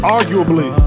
Arguably